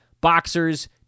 boxers